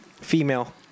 Female